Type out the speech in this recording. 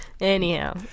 Anyhow